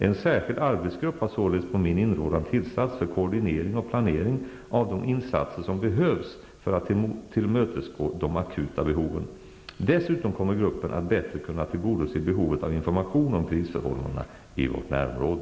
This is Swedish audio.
En särskild arbetsgrupp har således på min inrådan tillsatts för koordinering och planering av de insatser som behövs för att tillmötesgå de akuta behoven. Dessutom kommer gruppen att bättre kunna tillgodose behovet av information om krisförhållandena i vårt närområde.